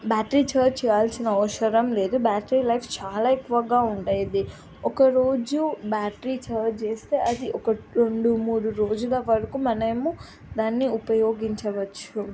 battery charge చేయాల్సిన అవసరం లేదు బ్యాటరీ లైఫ్ చాలా ఎక్కువగా ఉండేది ఒకరోజు బ్యాటరీ ఛార్జ్ చేస్తే అది ఒక రెండు మూడు రోజుల వరకు మనము దాన్ని ఉపయోగించవచ్చు